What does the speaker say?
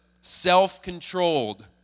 self-controlled